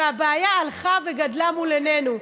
והבעיה הלכה וגדלה מול עינינו.